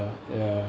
ya